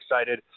excited